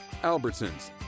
Albertsons